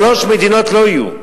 שלוש מדינות לא יהיו.